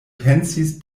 pensis